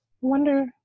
Wonder